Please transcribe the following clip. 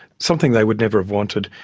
something they would never have wanted.